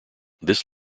this